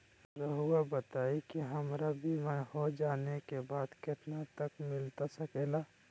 रहुआ बताइए कि हमारा बीमा हो जाने के बाद कितना तक मिलता सके ला?